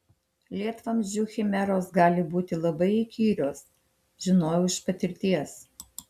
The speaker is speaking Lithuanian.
lietvamzdžių chimeros gali būti labai įkyrios žinojau iš patirties